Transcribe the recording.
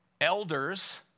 elders